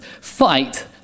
fight